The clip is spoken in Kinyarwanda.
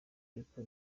ariko